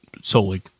solely